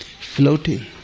floating